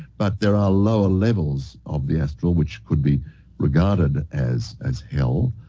but, there are lower levels of the astral which could be regarded as as hell,